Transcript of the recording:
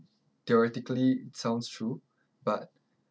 theoretically sounds true but